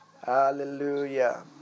Hallelujah